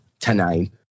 tonight